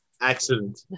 Excellent